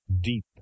deep